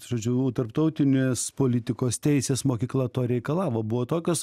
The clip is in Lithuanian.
žodžiu tarptautinės politikos teisės mokykla to reikalavo buvo tokios